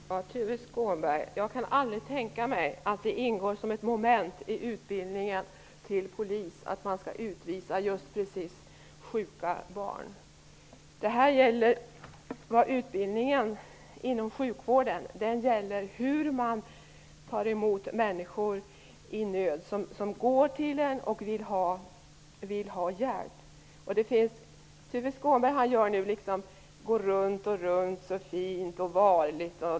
Herr talman! Tuve Skånberg, jag kan aldrig tänka mig att det ingår som ett moment i utbildningen till polis att man skall utvisa just precis sjuka barn. Utbildningen inom sjukvården gäller hur man tar emot människor i nöd, människor som kommer till en och vill ha hjälp. Tuve Skånberg går runt så fint och varligt.